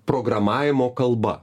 programavimo kalba